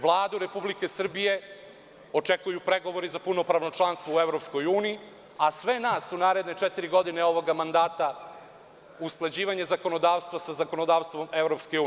Vladu Republike Srbije očekuju pregovori za punopravno članstvo u EU, a sve nas u naredne četiri godine ovoga mandata usklađivanje zakonodavstva sa zakonodavstvom EU.